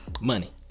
Money